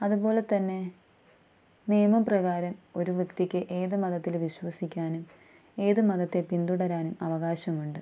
അതുപോലെത്തന്നെ നിയമപ്രകാരം ഒരു വ്യക്തിക്ക് ഏത് മതത്തില് വിശ്വസിക്കാനും ഏത് മതത്തെ പിന്തുടരാനും അവകാശമുണ്ട്